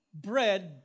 bread